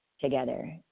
together